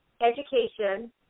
education